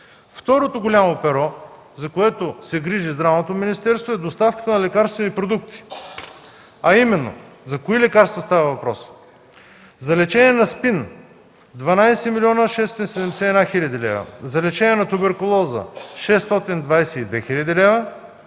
Второто голямо перо, за което се грижи Здравното министерство, е доставката на лекарствени продукти. За кои лекарства става въпрос? За лечение на СПИН – 12 млн. 671 хил. лв., за лечение на туберкулоза – 622 хил. лв.,